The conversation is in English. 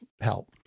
help